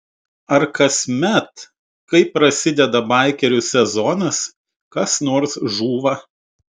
ar kasmet kai prasideda baikerių sezonas kas nors žūva